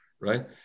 right